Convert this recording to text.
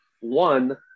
One